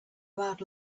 about